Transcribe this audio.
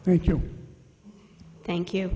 thank you thank you